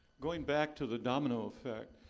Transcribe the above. going back to the domino effect,